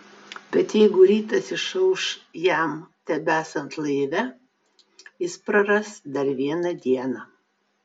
bet jeigu rytas išauš jam tebesant laive jis praras dar vieną dieną